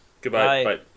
Goodbye